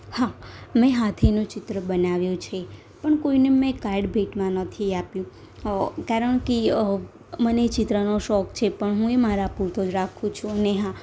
હા મેં હાથીનું ચિત્ર બનાવ્યું છે પણ કોઈને મેં કાર્ડ ભેટમાં નથી આપ્યું કારણ કે મને ચિત્રનો શોખ છે પણ હું એ મારા પૂરતો જ રાખું છું અને હા